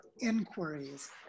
inquiries